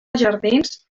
jardins